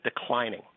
declining